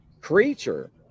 creature